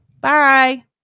Bye